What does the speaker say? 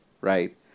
right